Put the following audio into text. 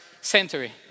century